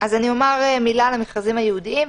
אני אומר מילה על המכרזים הייעודיים,